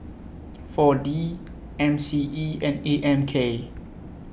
four D M C E and A M K